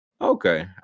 okay